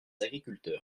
agriculteurs